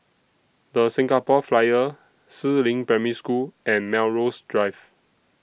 The Singapore Flyer Si Ling Primary School and Melrose Drive